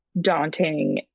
daunting